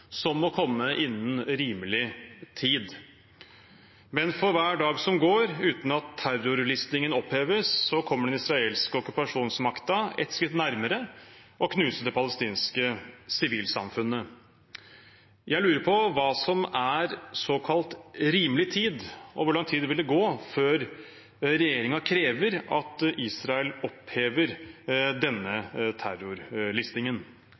som må komme innen rimelig tid. Men for hver dag som går uten at terrorlistingen oppheves, kommer den israelske okkupasjonsmakten et skritt nærmere å knuse det palestinske sivilsamfunnet. Jeg lurer på hva som er såkalt rimelig tid, og hvor lang tid det vil gå før regjeringen krever at Israel opphever